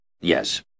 Yes